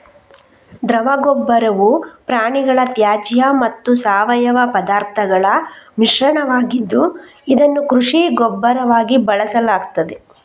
ದ್ರವ ಗೊಬ್ಬರವು ಪ್ರಾಣಿಗಳ ತ್ಯಾಜ್ಯ ಮತ್ತು ಸಾವಯವ ಪದಾರ್ಥಗಳ ಮಿಶ್ರಣವಾಗಿದ್ದು, ಇದನ್ನು ಕೃಷಿ ಗೊಬ್ಬರವಾಗಿ ಬಳಸಲಾಗ್ತದೆ